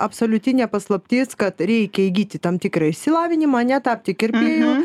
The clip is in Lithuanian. absoliuti ne paslaptis kad reikia įgyti tam tikrą išsilavinimą ane tapti kirpėju